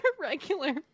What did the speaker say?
regular